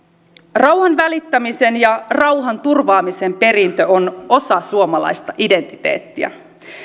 rauhanvälittämisen ja rauhanturvaamisen perintö on osa suomalaista identiteettiä